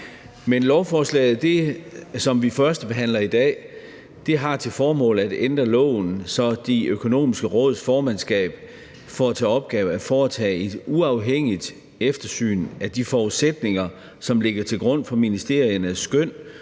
Madsen. Lovforslaget, som vi førstebehandler i dag, har til formål at ændre loven, så De Økonomiske Råds formandskab får til opgave at foretage et uafhængigt eftersyn af de forudsætninger, som ligger til grund for ministeriernes skøn